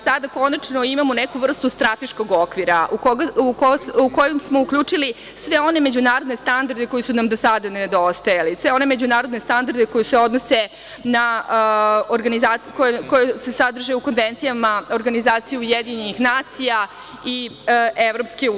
Sada konačno imamo neku vrstu strateškog okvira, u koji smo uključili sve one međunarodne standarde koji su nam do sada nedostajali, sve one međunarodne standarde koji se sadrže u konvencijama Organizacije Ujedinjenih nacija i EU.